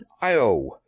Io